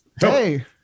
hey